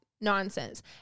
nonsense